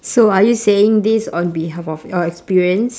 so are you saying this on behalf of your experience